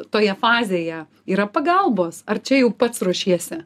toje fazėje yra pagalbos ar čia jau pats ruošiesi